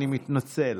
אני מתנצל.